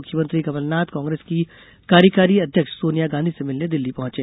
मुख्यमंत्री कमलनाथ कांग्रेस की कार्यकारी अध्यक्ष सोनिया गांधी से मिलने दिल्ली पहुंचें